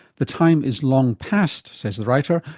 the time is long past says the writer,